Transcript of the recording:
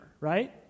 right